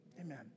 Amen